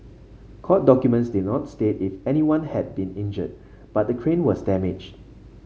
court documents did not state if anyone had been injured but the crane was damaged